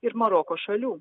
ir maroko šalių